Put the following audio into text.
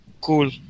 Cool